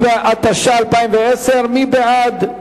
התש"ע 2010. מי בעד?